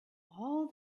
all